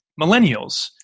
millennials